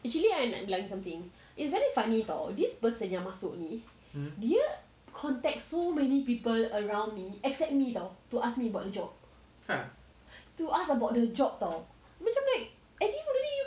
actually I like something it's very funny [tau] this person yang masuk ni dia contact so many people around me except me [tau] to ask me about the job to ask about the job [tau] macam like